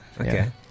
okay